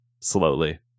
Slowly